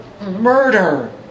murder